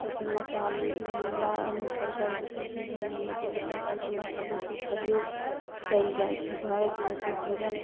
किछु मसाला अनेक प्रकारके सबजी बनैमे तऽ अनेक प्रकारके मसल्लोके प्रयोग कएल जाइ छै भारतमे तऽ भोजन